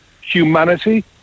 humanity